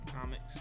Comics